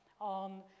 on